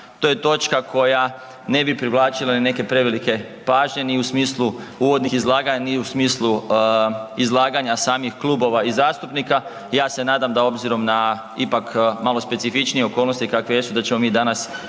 to je točka koja ne bi privlačila neke prevelike pažnje ni u smislu uvodnih izlaganja, ni u smislu izlaganja samih klubova i zastupnika. Ja se nadam da obzirom na ipak malo specifičnije okolnosti kakve jesu, da ćemo mi danas